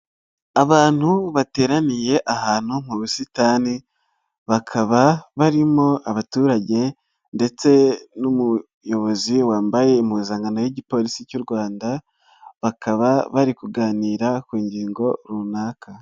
Abantu bateraniye ahantu mu busitani, bakaba barimo abaturage ndetse n'umuyobozi wambaye impuzankano y'igipolisi cy'u Rwanda, bakaba bari kuganira ku ngingo runaka.